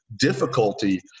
difficulty